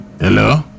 Hello